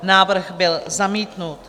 Návrh byl zamítnut.